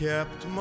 Kept